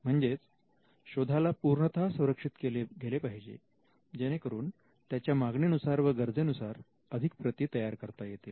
म्हणजेच शोधाला पूर्णतः संरक्षित केले गेले पाहिजे जेणेकरून त्याच्या मागणीनुसार व गरजेनुसार अधिक प्रती तयार करता येतील